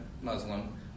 Muslim